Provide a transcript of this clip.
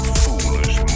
foolish